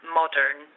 modern